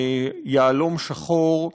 "יהלום שחור",